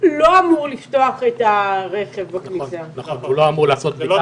מאבטחים שלך תדע אם יגיבו או לא יגיבו.